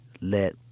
let